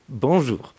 Bonjour